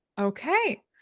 okay